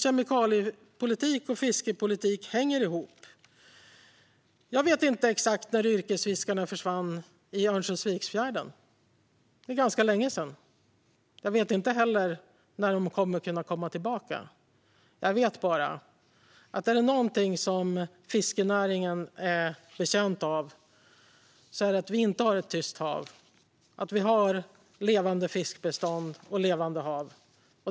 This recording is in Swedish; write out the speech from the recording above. Kemikaliepolitik och fiskepolitik hänger ihop. Jag vet inte exakt när yrkesfiskarna försvann i Örnsköldsviksfjärden. Det är ganska länge sedan. Jag vet inte heller när de kommer att kunna komma tillbaka. Jag vet bara att om det är något som fiskenäringen är betjänt av är det att vi inte har ett tyst hav utan levande fiskbestånd och levande hav.